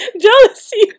Jealousy